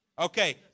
Okay